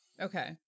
okay